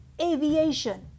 aviation